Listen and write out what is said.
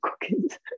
cookies